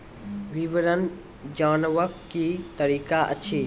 विवरण जानवाक की तरीका अछि?